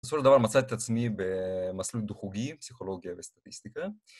בסופו של דבר מצאת את עצמי במסלול דו-חוגי, פסיכולוגיה וסטטיסטיקה.